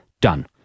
done